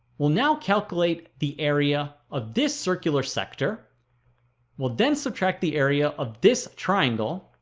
we'll now calculate the area of this circular sector we'll then subtract the area of this triangle